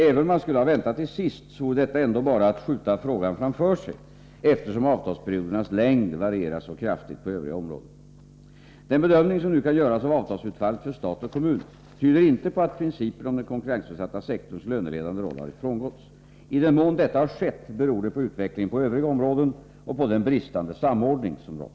Även om man skulle ha väntat till sist, så vore detta ändå bara att skjuta frågan framför sig, eftersom avtalsperiodernas längd varierar så kraftigt på övriga områden. ledande rollen i årets avtalsrörelse Den bedömning som nu kan göras av avtalsutfallet för stat och kommun tyder inte på att principen om den konkurrensutsatta sektorns löneledande roll har frångåtts. I den mån detta har skett beror det på utvecklingen på övriga områden och på den bristande samordning som rått.